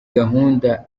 gahunda